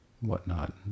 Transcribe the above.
whatnot